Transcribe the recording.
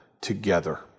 together